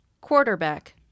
quarterback